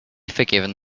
forgiven